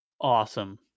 awesome